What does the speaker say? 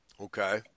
Okay